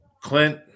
Clint